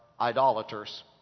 idolaters